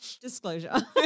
Disclosure